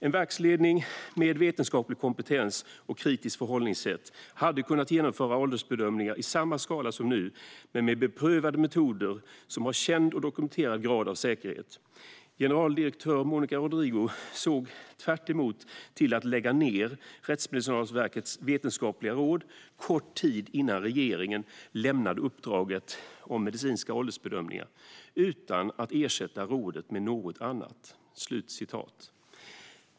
En verksledning med vetenskaplig kompetens och kritiskt förhållningssätt hade kunnat genomföra åldersbedömningar i samma skala som nu, men med beprövade metoder som har känd och dokumenterad grad av säkerhet. GD Monica Rodrigo såg tvärtemot till att lägga ned RMVs Vetenskapliga råd kort tid innan Regeringen lämnade uppdraget om medicinska åldersbedömningar - utan att ersätta rådet med något annat."